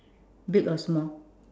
big or small